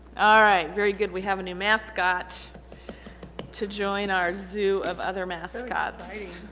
all right very good we have a new mascot to join our zoo of other mascots.